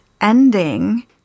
ending